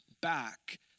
back